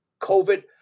COVID